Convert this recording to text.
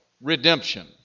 redemption